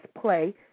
play